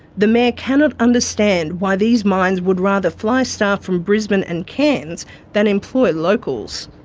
the mayor cannot understand why these mines would rather fly staff from brisbane and cairns than employ locals.